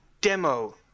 demo